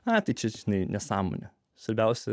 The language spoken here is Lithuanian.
ateičiai nei nesąmonė svarbiausia